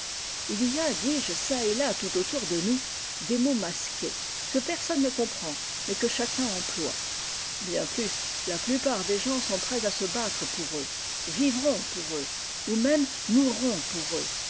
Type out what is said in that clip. il y a disje çà et là tout autour de nous des mots masqués que personne ne comprend mais que chacun emploie bien plus la plupart des gens sont prêts à se battre pour eux vivront pour eux ou même mourront pour eux